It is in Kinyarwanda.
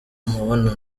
umubonano